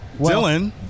Dylan